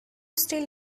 still